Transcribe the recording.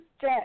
Jet